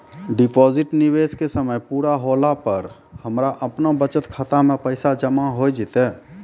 Deposit निवेश के समय पूरा होला पर हमरा आपनौ बचत खाता मे पैसा जमा होय जैतै?